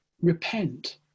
repent